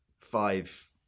five